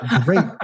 great